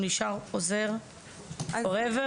הוא נשאר עוזר forever?